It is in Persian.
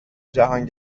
جهان